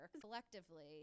collectively